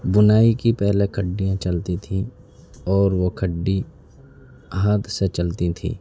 بنائی کی پہلے کھڈیاں چلتی تھیں اور وہ کھڈی ہاتھ سے چلتی تھیں